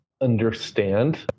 understand